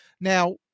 Now